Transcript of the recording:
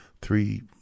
three